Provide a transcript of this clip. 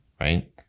right